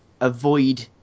avoid